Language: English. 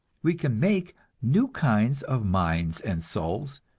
we can make new kinds of minds and souls,